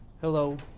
hello.